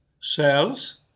cells